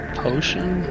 potion